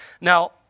now